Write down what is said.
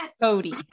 Cody